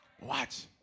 Watch